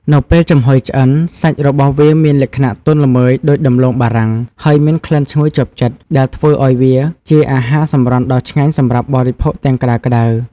នៅពេលចំហុយឆ្អិន សាច់របស់វាមានលក្ខណៈទន់ល្មើយដូចដំឡូងបារាំង ហើយមានក្លិនឈ្ងុយជាប់ចិត្ត ដែលធ្វើឲ្យវាជាអាហារសម្រន់ដ៏ឆ្ងាញ់សម្រាប់បរិភោគទាំងក្ដៅៗ។